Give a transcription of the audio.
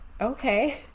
Okay